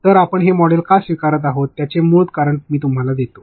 तर आपण हे मॉडेल का स्वीकारत आहोत त्याचे मुळ कारण मी तुम्हाला देतो